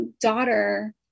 daughter